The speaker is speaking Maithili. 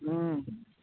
हूँ हूँ